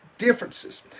differences